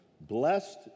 Blessed